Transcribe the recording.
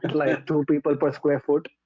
and like two people per square foot?